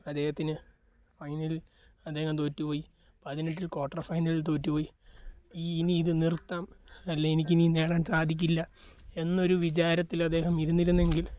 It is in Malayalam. അദ്ദേഹത്തിനു ഫൈനലിൽ അദ്ദേഹം തോറ്റു പോയി പതിനെട്ടിൽ ക്വാർട്ടർ ഫൈനലിൽ തോറ്റു പോയി ഈ ഇനി ഇത് നിർത്താം അല്ലേ എനിക്ക് ഇനി നേടാൻ സാധിക്കില്ല എന്നൊരു വിചാരത്തിലദ്ദേഹം ഇരുന്നിരുന്നെങ്കിൽ